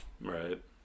Right